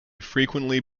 frequently